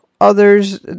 others